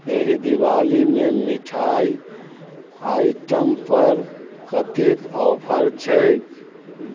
एहि दिवालीमे मिठाइ आइटमपर कतेक ऑफर छै